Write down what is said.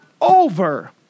over